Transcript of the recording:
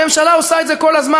הממשלה עושה את זה כל הזמן.